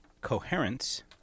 coherence